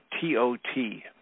T-O-T